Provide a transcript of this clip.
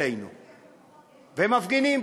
אלינו ומפגינים,